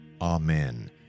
Amen